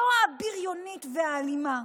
לא הבריונית והאלימה,